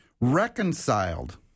Reconciled